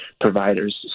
providers